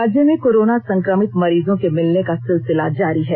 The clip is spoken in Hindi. राज्य में कोरोना संक्रमित मरीजों के मिलने का सिलसिला जारी है